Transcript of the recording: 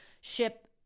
ship